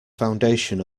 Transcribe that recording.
foundation